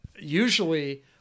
usually